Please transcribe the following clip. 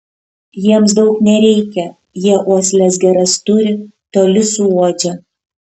jiems daug nereikia jie uosles geras turi toli suuodžia